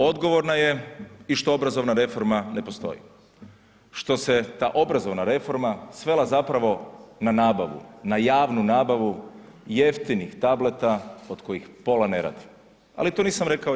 Odgovorna je i što obrazovna reforma ne postoji, što se ta obrazovna reforma svela zapravo na nabavu, na javnu nabavu jeftinih tableta od kojih pola ne radi, ali to nisam rekao ja.